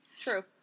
True